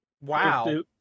Wow